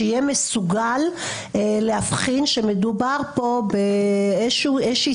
שיהיה מסוגל להבחין שמדובר פה באיזושהי